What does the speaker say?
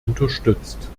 unterstützt